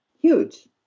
Huge